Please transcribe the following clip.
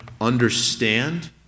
understand